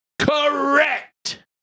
correct